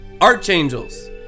archangels